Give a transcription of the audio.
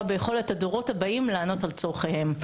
ביכולת הדורות הבאים לענות על צורכיהם.